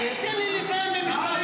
--- תן לי לסיים במשפט,